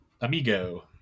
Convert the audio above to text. Amigo